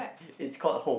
is called home